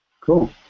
Cool